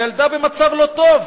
הילדה במצב לא טוב.